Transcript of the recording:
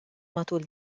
matul